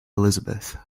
elizabeth